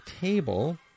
table